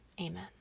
amen